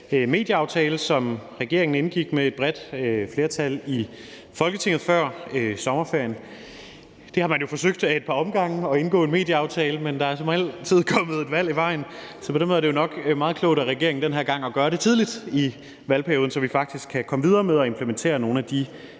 medieaftale, som regeringen indgik med et bredt flertal i Folketinget før sommerferien. Det har man jo forsøgt ad et par omgange – at indgå en medieaftale – men der er som regel kommet et valg i vejen, så på den måde er det jo nok meget klogt af regeringen den her gang at gøre det tidligt i valgperioden, så vi faktisk kan komme videre med at implementere nogle af de